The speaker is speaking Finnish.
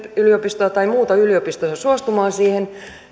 yliopistoa tai muuta yliopistoa suostumaan siihen